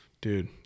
dude